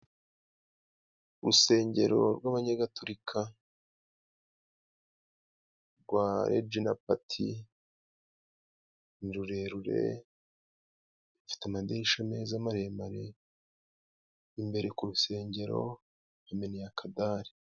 Urusengero rw'abanyagaturika rwa Rejina pati ni rurerure rufite amadirisha meza maremare, imbere ku rusengero hameneye akadare.